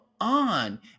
on